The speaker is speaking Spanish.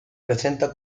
presenta